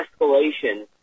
escalation